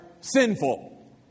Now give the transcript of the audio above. sinful